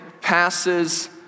passes